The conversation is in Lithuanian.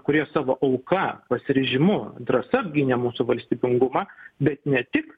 kurie savo auka pasiryžimu drąsa apgynė mūsų valstybingumą bet ne tik